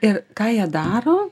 ir ką jie daro